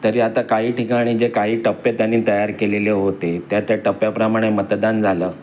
तरी आता काही ठिकाणी जे काही टप्पे त्यांनी तयार केलेले होते त्या त्या टप्प्याप्रमाणे मतदान झालं